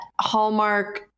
hallmark